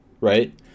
right